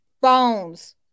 Bones